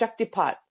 Shaktipat